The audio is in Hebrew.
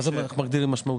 מה מגדיר משמעותי?